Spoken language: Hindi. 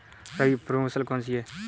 रबी की प्रमुख फसल कौन सी है?